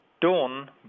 Dawn